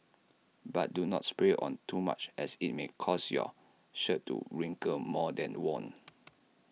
but do not spray on too much as IT may cause your shirt to wrinkle more than worn